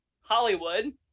Hollywood